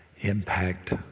impact